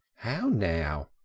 how now,